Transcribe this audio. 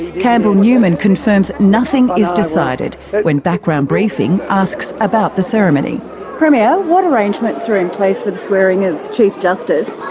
campbell newman confirms nothing is decided but when background briefing asks about the ceremony premier, what arrangements are in place for the swearing-in of the chief justice?